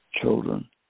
children